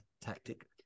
tactic